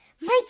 Mike